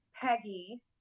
Peggy